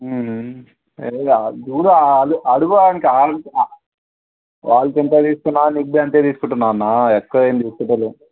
సరే ఇక చూడు అడుగు అడుగు ఆయనకి వాళ్ళకి ఎంత తీసుకున్నానో నీకు బీ అంతే తీసుకుంటున్నాను అన్న ఎక్కువ ఏమి తీసుకుంటలేను